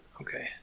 okay